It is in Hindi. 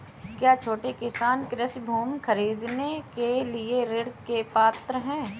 क्या छोटे किसान कृषि भूमि खरीदने के लिए ऋण के पात्र हैं?